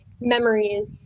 memories